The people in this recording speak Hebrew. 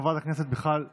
לחברת הכנסת מיכל וולדיגר,